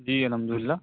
جی الحمد للہ